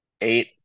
eight